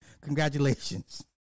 Congratulations